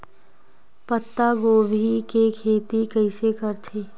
पत्तागोभी के खेती कइसे करथे?